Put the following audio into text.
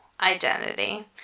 identity